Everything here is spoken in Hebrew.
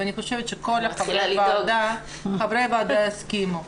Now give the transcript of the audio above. -- אני חושבת שכל חברי הוועדה יסכימו.